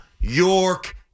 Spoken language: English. York